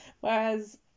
Whereas